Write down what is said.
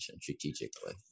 strategically